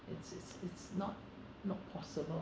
it's it's it's not not possible